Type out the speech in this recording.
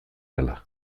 dela